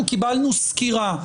זה אומר שלא מספיק שכרגע מה שיש בנוסח,